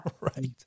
Right